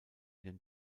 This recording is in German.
den